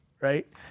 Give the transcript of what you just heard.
right